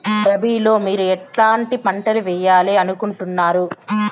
రబిలో మీరు ఎట్లాంటి పంటలు వేయాలి అనుకుంటున్నారు?